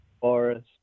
Forest